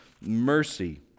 mercy